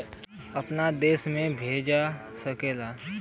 अपने देश में भजा सकला